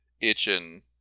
itching